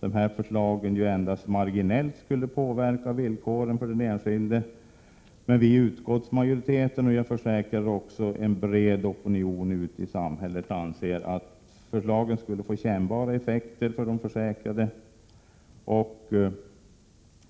detta förslag endast marginellt skulle påverka villkoren för den enskilde, men utskottsmajoriteten — och jag försäkrar även en bred opinion ute i samhället — anser att förslaget skulle få kännbara effekter för de försäkrade.